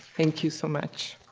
thank you so much.